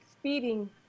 speeding